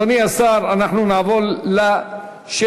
אדוני השר, אנחנו נעבור לשאילתות.